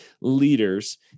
leaders